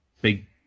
big